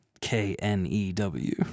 K-N-E-W